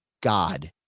God